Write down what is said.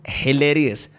hilarious